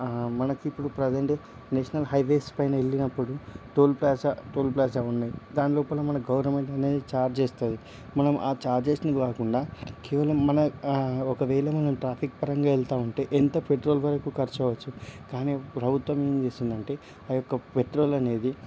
మనకిప్పుడు present national highways పైన వెళ్ళినప్పుడు టోల్ ప్లాసా టోల్ ప్లాసా ఉన్నయి దాని లోపల మన గవర్నమెంట్ అనేది ఛార్జ్ చేస్తుంది మనం ఆ చార్జెస్ని కాకుండా కేవలం మన ఒకవేళ మనం ట్రాఫిక్ పరంగా వెళ్తూ ఉంటే ఎంత పెట్రోల్ వరకు ఖర్చు అవ్వచ్చు కానీ ప్రభుత్వం ఏం చేస్తుందంటే ఆ యొక్క పెట్రోలు అనేది